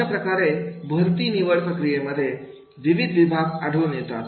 अशाप्रकारे भरती निवड प्रक्रियेमध्ये विविध विभाग आढळून येतात